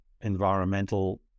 environmental